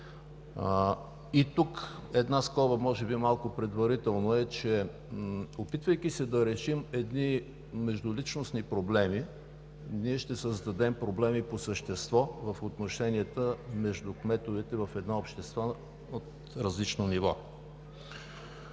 една скоба, че може би малко предварително, опитвайки се да решим едни междуличностни проблеми, ние ще създадем проблеми по същество в отношенията между кметовете в едно общество от различно ниво.